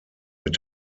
mit